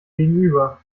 gegenüber